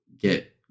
get